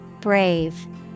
Brave